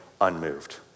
unmoved